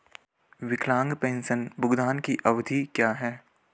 विकलांग पेंशन भुगतान की अवधि क्या है?